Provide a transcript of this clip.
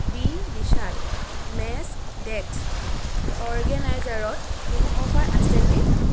B বিশাল মেছ desk অৰ্গেনাইজাৰত কোনো অফাৰ আছেনে